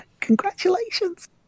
congratulations